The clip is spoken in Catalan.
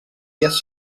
dies